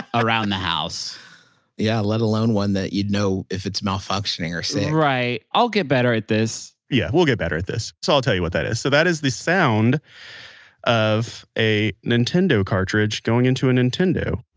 around the house yeah. let alone one that you'd know if it's malfunctioning or sick right. i'll get better at this yeah. we'll get better at this. so, i'll tell you what that is. so that is the sound of a nintendo cartridge going into a nintendo